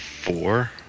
Four